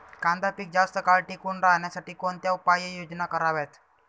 कांदा पीक जास्त काळ टिकून राहण्यासाठी कोणत्या उपाययोजना कराव्यात?